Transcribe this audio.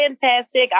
fantastic